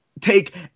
take